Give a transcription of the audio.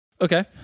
Okay